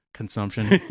consumption